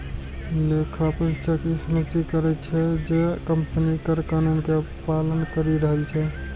लेखा परीक्षक ई सुनिश्चित करै छै, जे कंपनी कर कानून के पालन करि रहल छै